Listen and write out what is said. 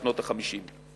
בשנות ה-50.